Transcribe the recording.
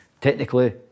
Technically